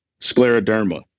scleroderma